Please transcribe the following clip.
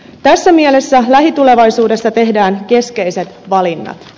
tässä mielessä lähitulevaisuudessa tehdään keskeiset valinnat